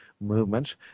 movements